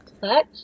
touch